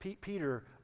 Peter